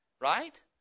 Right